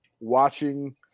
watching